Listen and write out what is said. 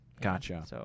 Gotcha